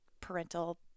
parental